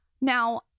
Now